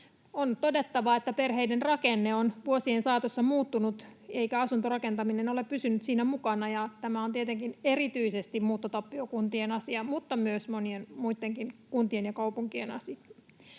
On todettava, että perheiden rakenne on vuosien saatossa muuttunut, eikä asuntorakentaminen ole pysynyt siinä mukana. Ja tämä on tietenkin erityisesti muuttotappiokuntien asia mutta myös monien muittenkin kuntien ja kaupunkien asia.